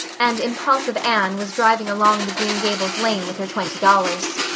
and impulsive anne was driving along the green gables lane with her twenty dollars.